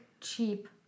cheap